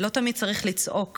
לא תמיד צריך לצעוק